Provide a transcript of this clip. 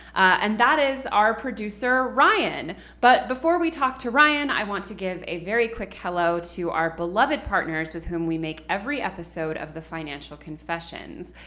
and that is our producer, ryan. but before we talk to ryan, i want to give a very quick hello to our beloved partners, with whom we make every episode of the financial confessions.